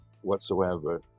whatsoever